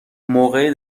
موقع